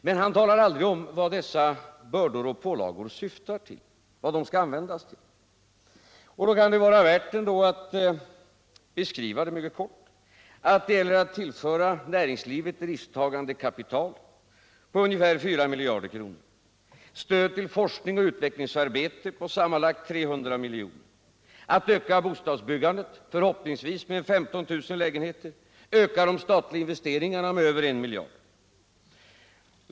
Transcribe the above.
Men han talar aldrig om vad dessa bördor och pålagor syftar till, vad pengarna skall användas till. Det kan då vara på sin plats att jag beskriver det mycket kort. Det gäller att tillföra näringslivet risktagande kapital med ungefär 4 miljarder kronor, stöd till forskning och utvecklingsarbete med sammanlagt 300 milj.kr., att öka bostadsbyggandet förhoppningsvis med 15 000 lägenheter och att öka de statliga investeringarna med över I miljard.